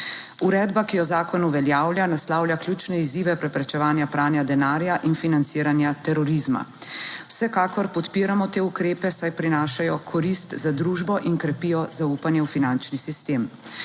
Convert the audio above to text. Uredba, ki jo zakon uveljavlja naslavlja ključne izzive preprečevanja pranja denarja in financiranja terorizma. Vsekakor podpiramo te ukrepe, saj prinašajo korist za družbo in krepijo zaupanje v finančni sistem.